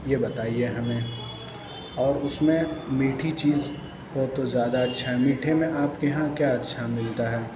یہ بتائیے ہمیں اور اُس میں میٹھی چیز ہو تو زیادہ اچھا ہے میٹھے میں آپ کے یہاں کیا اچھا ملتا ہے